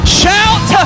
shout